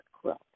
quilt